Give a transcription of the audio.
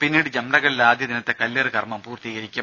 പിന്നീട് ജംറകളിലെ ആദ്യ ദിനത്തെ കല്ലേറ് കർമം പൂർത്തീകരിക്കും